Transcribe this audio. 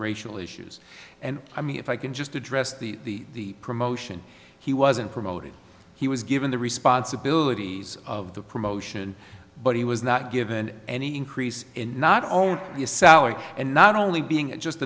racial issues and i mean if i can just address the promotion he wasn't promoted he was given the responsibilities of the promotion but he was not given any increase in not only the a salary and not only being just